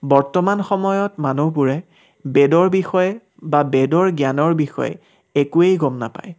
বৰ্তমান সময়ত মানুহবোৰে বেদৰ বিষয়ে বা বেদৰ জ্ঞানৰ বিষয়ে একোৱেই গম নাপায়